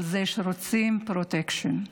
על זה שרוצים פרוטקשן.